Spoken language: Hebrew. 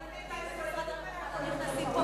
אז למה משרד הרווחה לא נכנסים פה,